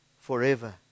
forever